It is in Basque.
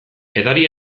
edari